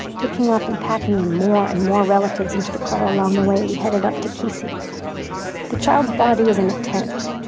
picking up and packing in more and more relatives into the car along the way, we headed up to kisi the child's body was in a tent,